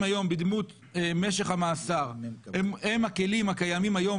היום בדמות משך המאסר הם הכלים הקיימים היום,